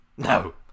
No